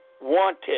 wanted